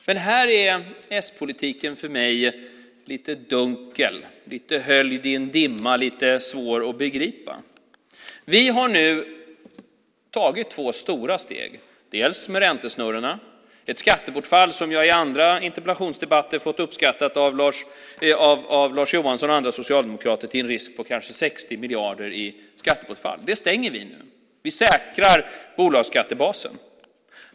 Men här är s-politiken för mig lite dunkel, lite höljd i en dimma och lite svår att begripa. Vi har nu tagit två stora steg, bland annat med räntesnurrorna. Det är ett skattebortfall som jag i andra interpellationsdebatter har fått uppskattat av Lars Johansson och andra socialdemokrater till en risk på kanske 60 miljarder. Det stänger vi. Vi säkrar bolagsskattebasen.